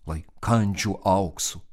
lai kandčių auksu